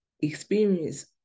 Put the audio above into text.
experience